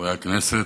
חברי הכנסת,